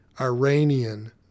Iranian